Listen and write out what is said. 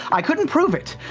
i couldn't prove it,